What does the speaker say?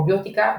פרוביוטיקה,